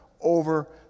over